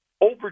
over